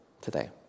today